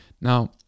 now